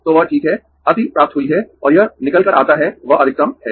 तो वह ठीक है अति प्राप्त हुई है और यह निकल कर आता हैं वह अधिकतम है